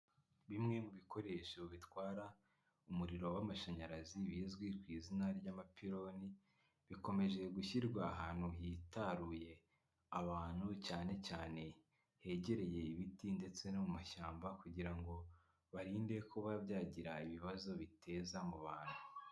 Bimwe mu bikoresho bitwara umuriro w'amashanyarazi bizwi ku izina ry'amapironi bikomeje gushyirwa ahantu hitaruye abantu cyane cyane hegereye ibiti ndetse no mu mashyamba kugira ngo barinde kuba byagira ibibazo biteza mu bantu.